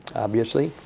obviously.